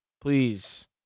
Please